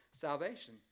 salvation